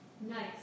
Nice